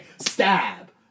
Stab